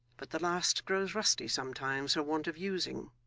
but the last grows rusty sometimes for want of using